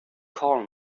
call